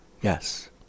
Yes